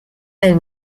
del